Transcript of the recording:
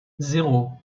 zéro